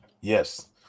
Yes